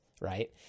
right